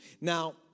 Now